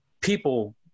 people –